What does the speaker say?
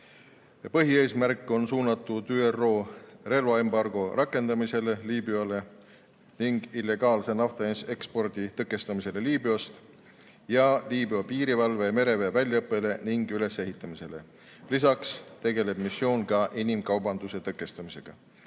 põhieesmärk on suunatud ÜRO relvaembargo rakendamisele Liibüale ning illegaalse naftaekspordi tõkestamisele Liibüast, samuti Liibüa piirivalve ja mereväe väljaõppele ning ülesehitamisele. Lisaks tegeleb missioon inimkaubanduse tõkestamisega.